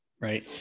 right